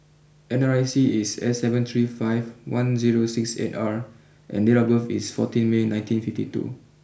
N R I C is S seven three five one zero six eight R and date of birth is fourteen May nineteen fifty two